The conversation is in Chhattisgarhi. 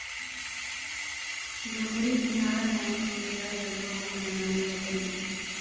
लोहड़ी तिहार ह खुल्ला जघा म मनाए जाथे